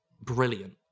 brilliant